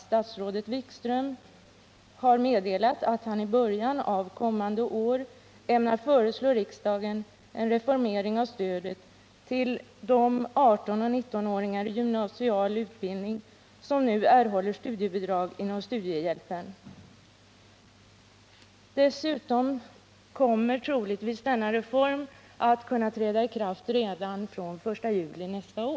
Statsrådet Wikström har meddelat att han i början av nästa år ämnar föreslå riksdagen en reformering av stödet till de 18-19-åringar i gymnasial utbildning som nu erhåller studiebidrag inom studiehjälpen. Dessutom kommer troligtvis denna reform att kunna träda i kraft redan den 1 juli nästa år.